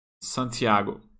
Santiago